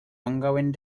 ongoing